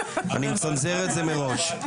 אני מצנזר את זה מראש.